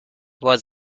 was